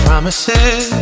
Promises